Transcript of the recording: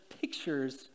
pictures